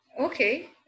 Okay